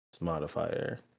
modifier